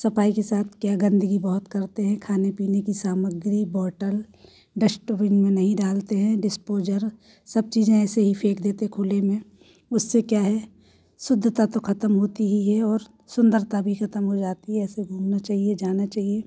सफाई के साथ क्या गंदगी बहुत करते हैं खाने पीने की सामग्री बोतल डस्टबिन में नहीं डालते हैं डिस्पोजल सब चीज़ें ऐसे ही फेंक देते हैं खुले में उससे क्या है शुद्धता तो खत्म होती ही है और सुंदरता भी खत्म हो जाती है ऐसे घूमना चाहिए जाना चाहिए